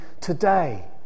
today